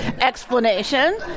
explanation